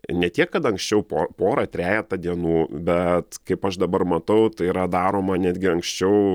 ne tiek kad anksčiau po porą trejetą dienų bet kaip aš dabar matau tai yra daroma netgi anksčiau